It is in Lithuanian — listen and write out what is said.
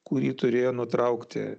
kurį turėjo nutraukti